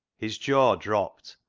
his jaw dropped,